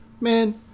man